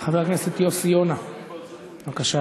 חבר הכנסת יוסי יונה, בבקשה,